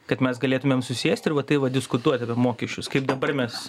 kad mes galėtumėm susėst ir va taip va diskutuot apie mokesčius kaip dabar mes